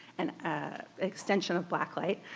and ah extension of blacklight,